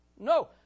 No